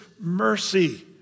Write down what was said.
mercy